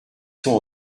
sont